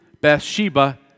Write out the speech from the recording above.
Bathsheba